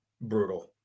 brutal